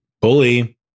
Bully